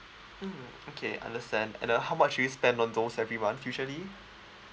mm okay understand and uh how much do you spend on those every month usually